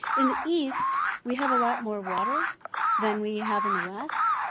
in the east we have a lot more water than we have in the west,